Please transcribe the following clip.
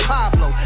Pablo